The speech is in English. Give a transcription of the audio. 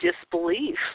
disbelief